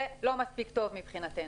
זה לא מספיק טוב מבחינתנו.